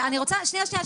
אני רוצה שנייה, שנייה.